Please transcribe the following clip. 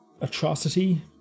atrocity